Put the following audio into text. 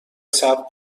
صبر